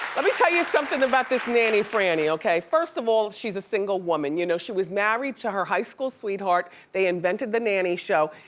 let me tell you somethin' about this nanny frannie, okay. first of all, she's a single woman. you know she was married to her high school sweetheart. they invented the nanny show.